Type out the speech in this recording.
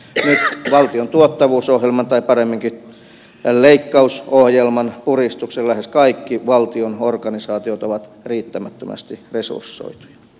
nyt valtion tuottavuusohjelman tai paremminkin leikkausohjelman puristuksessa lähes kaikki valtion organisaatiot ovat riittämättömästi resursoituja